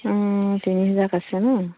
অঁ তিনি হেজাৰ কৈছে নহ্